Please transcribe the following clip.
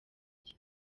iki